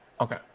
Okay